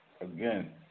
again